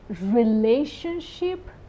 relationship